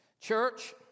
Church